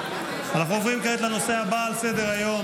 אנחנו עוברים כעת לנושא הבא על סדר-היום,